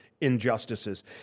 injustices